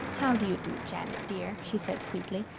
how do you do, janet dear? she said sweetly.